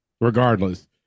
Regardless